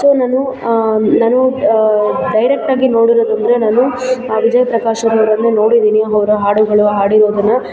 so ನಾನು ನಾನು ಡೈರೆಕ್ಟಾಗಿ ನೋಡಿರೋದು ಅಂದರೆ ನಾನು ವಿಜಯ್ ಪ್ರಕಾಶ್ ಅವರನ್ನೇ ನೋಡಿದೀನಿ ಅವ್ರ ಹಾಡುಗಳು ಹಾಡಿರೋದನ್ನು